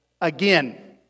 again